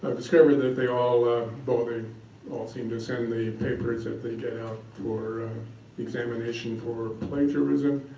ah discovered that they all but they all seem to send the papers that they get out for examination for plagiarism.